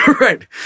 Right